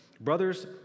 Brothers